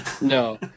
No